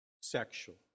sexual